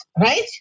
right